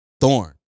Thorn